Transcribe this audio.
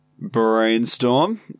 brainstorm